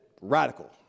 radical